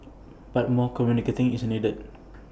but more communication is needed